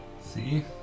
see